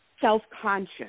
self-conscious